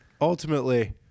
ultimately